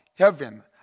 Heaven